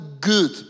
good